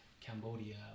Cambodia